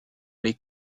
les